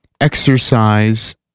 exercise